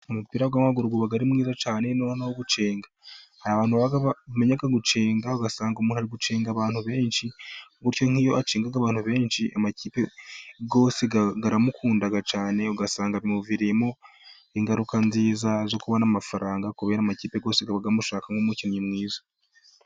Umupira w'amaguru uba ari mwiza cyane, noneho gucenga hari abamenya gucenga ugasanga umuntu ari gucenga abantu benshi, bityo iyo acenze abantu benshi amakipe aramukunda cyane, ugasanga bimuviriyemo ingaruka nziza zo kubona amafaranga, kubera amakipe rwose aba amushaka nk'umukinnyi mwiza.